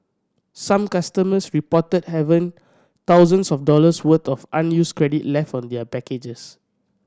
some customers reported have an thousands of dollars worth of unused credit left on their packages